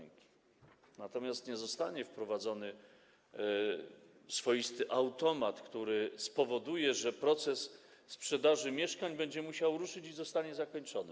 Natomiast nie zostanie wprowadzony swoisty automat, który spowoduje, że proces sprzedaży mieszkań będzie musiał ruszyć i zostanie zakończony.